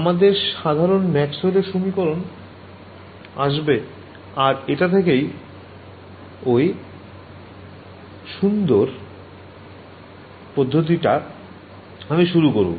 আমাদের সাধারণ ম্যাক্সওয়েলের সমীকরণ আবার আসবে আর এটা থেকেই ঐ সুন্দর পদ্ধতি টা আমি শুরু করবো